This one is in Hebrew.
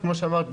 וכמו שאמרת,